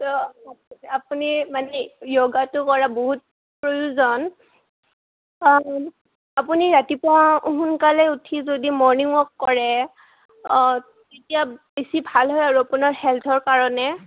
তো আপুনি মানে য়োগাটো কৰা বহুত প্ৰয়োজন আপুনি আপুনি ৰাতিপুৱা সোনকালে উঠি যদি মৰ্ণিং ৱাক কৰে অঁ তেতিয়া বেছি ভাল হয় আৰু আপোনাৰ হেলথৰ কাৰণে